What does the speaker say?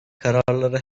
kararları